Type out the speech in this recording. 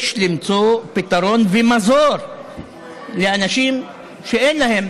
יש למצוא פתרון ומזור לאנשים שאין להם